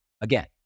Again